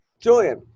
Julian